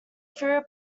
fewer